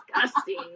disgusting